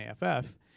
AFF